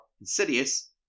Insidious